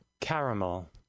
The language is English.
Caramel